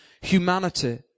humanity